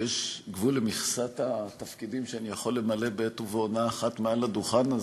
יש גבול למכסת התפקידים שאני יכול למלא בעת ובעונה אחת מעל הדוכן הזה,